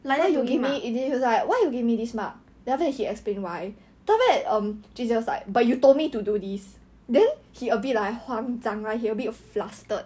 how many marks